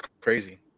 crazy